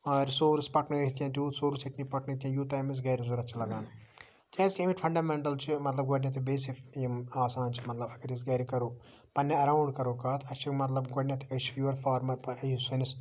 resource پَکنٲوِتھ کینٛہہ تیوٗت سورس ہیٚکہِ نہٕ یہِ پَکنٲوِتھ کینٛہہ یوٗتاہ أمِس گَرِ ضوٚرَتھ چھُ لَگان کیازکہِ اَمِکۍ فَنڈَمنٹَل چھِ مَطلَب گۄڈنیٚتھ یہِ بیسِک یِم آسان چھِ مَطلَب اگر أسۍ گَرِ کَرو پَننہِ ایٚراوُنٛڈ کَرو کتھ اَسہِ چھِ مَطلَب أسۍ چھِ یور فارمَر پہ یُس سٲنِس